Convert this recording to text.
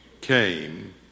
came